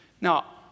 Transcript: Now